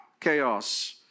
chaos